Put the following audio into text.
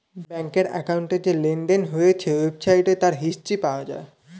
ব্যাংকের অ্যাকাউন্টে যে লেনদেন হয়েছে ওয়েবসাইটে তার হিস্ট্রি পাওয়া যায়